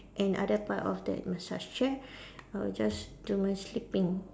and other part of that massage chair I will just do my sleeping